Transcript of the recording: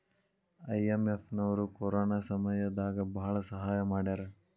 IMF ನವ್ರು corona ಸಮಯ ದಾಗ ಭಾಳ ಸಹಾಯ ಮಾಡ್ಯಾರ